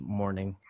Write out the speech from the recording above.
morning